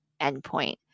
endpoint